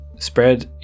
spread